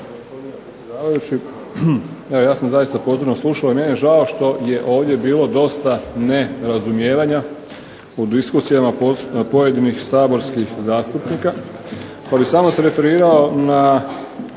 ja sam zaista pozorno slušao i meni je žao što je ovdje bilo dosta nerazumijevanja, u diskusijama pojedinih saborskih zastupnika, pa bih samo se referirao na